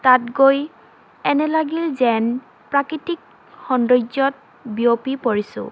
তাত গৈ এনে লাগিল যেন প্ৰাকৃতিক সৌন্দৰ্যত বিয়পি পৰিছোঁ